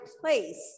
place